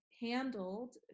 handled